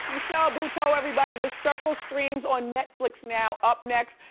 michelle buteau everybody. the circle streams on netflix now. up next,